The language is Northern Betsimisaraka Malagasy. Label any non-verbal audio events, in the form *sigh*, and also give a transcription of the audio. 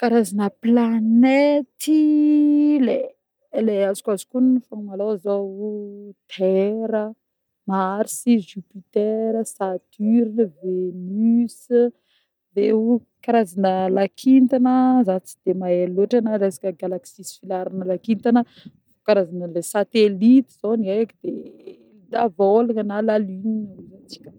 Karazagna planety le-le azokoazoko ognona fô malôha zô: *hesitation* Terre, Mars, Jupitera, Saturne, Venus, avy eo karazagna lakintagna zah tsy de mahé loatra na resaka galaxie sy filaharana lakintagna fô karazagna satelity zô ny eky de davôlagna na la lune ozy antsika.